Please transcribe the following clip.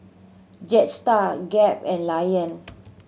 Jetstar Gap and Lion